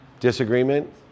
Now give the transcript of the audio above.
Disagreement